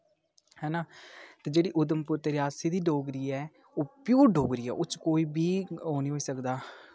है ना ते जेह्ड़ी उधमपुर ते रियासी दी डोगरी ऐ ओह् प्योर डोगरी ऐ ओह्दे च कोई बी ओह् नी होई सकदा